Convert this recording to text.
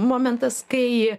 momentas kai